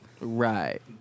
Right